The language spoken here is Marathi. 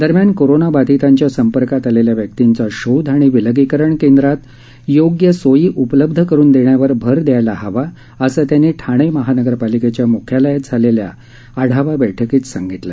दरम्यान कोरोनाबाधितांच्या संपर्कात आलेल्या व्यक्तींचा शोध आणि विलगीकरण केंद्रात योग्य सोयी उपलब्ध करून देण्यावर भर दयायला हवा असं त्यांनी ठाणे महानगरपालिकेच्या मुख्यालयात झालेल्या आढावा बैठकीत सांगितलं